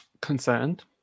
concerned